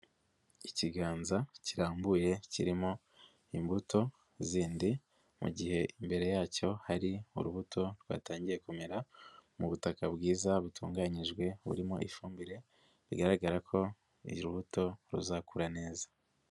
Ikiganza kirambuye, kirimo imbuto zindi mu gihe imbere yacyo hari urubuto rwatangiye kumera mu butaka bwiza butunganyijwe, burimo ifumbire, bigaragara ko uru rubuto ruzakura neza.